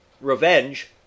revenge